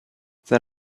then